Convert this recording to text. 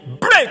Break